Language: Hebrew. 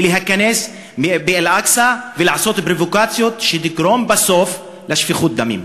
להיכנס לאל-אקצא ולעשות פרובוקציות שיגרמו בסוף לשפיכות דמים.